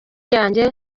yanjye